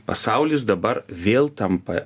pasaulis dabar vėl tampa